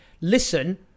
Listen